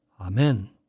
Amen